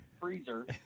freezer